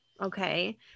Okay